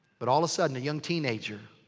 but all the sudden, a young teenager.